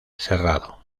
cerrado